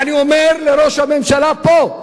ואני אומר לראש הממשלה פה,